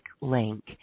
link